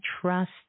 Trust